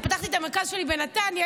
כשפתחתי את המרכז שלי בנתניה,